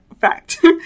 fact